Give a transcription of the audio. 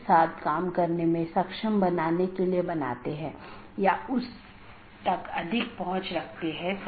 अब हम TCP IP model पर अन्य परतों को देखेंगे